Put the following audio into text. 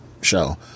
show